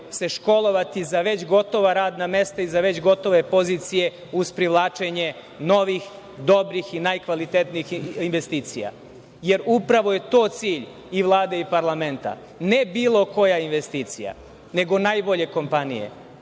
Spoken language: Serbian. se školovati za već gotova radna mesta i za već gotove pozicije uz privlačenje novih, dobrih i najkvalitenijih investicija. Jer, upravo je to cilj, i Vlade i Parlamenta, ne bilo koja investicija, nego najbolje kompanije.